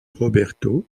roberto